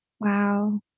Wow